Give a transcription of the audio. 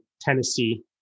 Tennessee